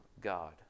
God